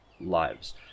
lives